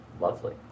Lovely